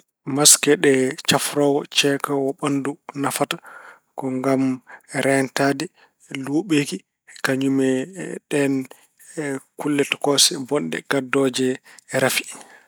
Mask ɗe safroowo cekoowo ɓanndu nafata ko ngam reentaade luuɓeeki kañum e ɗeen kulle tokoose bonɗe gaddooje rafi.